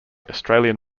australian